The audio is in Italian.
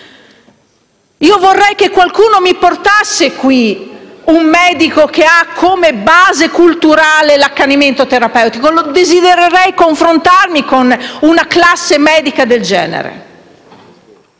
Io vorrei che qualcuno mi portasse qui un medico che ha come base culturale l'accanimento terapeutico. Desidererei confrontarmi con una classe medica del genere.